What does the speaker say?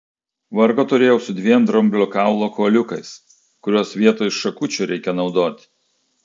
vargo turėjau su dviem dramblio kaulo kuoliukais kuriuos vietoj šakučių reikia naudoti